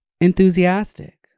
enthusiastic